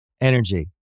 energy